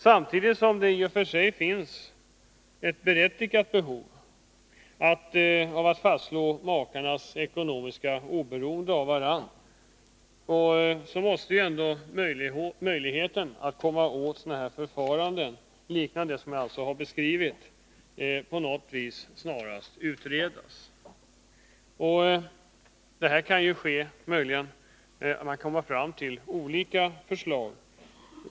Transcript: Samtidigt som det finns ett berättigat behov av att fastslå makarnas ekonomiska oberoende av varandra måste möjligheten att på något sätt komma åt förfaranden som det jag har beskrivit snarast utredas. Det kan ske på olika sätt.